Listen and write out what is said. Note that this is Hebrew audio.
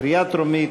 קריאה טרומית.